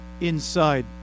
inside